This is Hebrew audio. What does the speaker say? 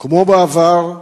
כמו בעבר,